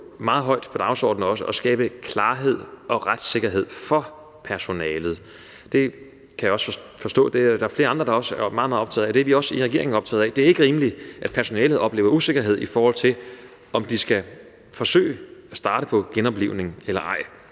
meget højt på dagsordenen at skabe klarhed og retssikkerhed for personalet. Det kan jeg forstå at der også er andre der er meget, meget optagede af. Det er vi også optaget af i regeringen. Det er ikke rimeligt, at personalet oplever usikkerhed, i forhold til om de skal forsøge at starte på genoplivning eller ej,